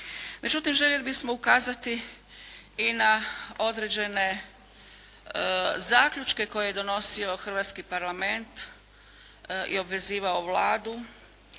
Međutim, željeli bismo ukazati i na određene zaključke koje je donosio hrvatski Parlament i obvezivao Vladu